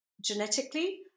genetically